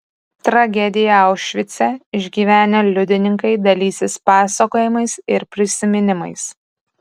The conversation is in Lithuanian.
tragediją aušvice išgyvenę liudininkai dalysis pasakojimais ir prisiminimais